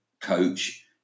coach